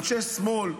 אנשי שמאל,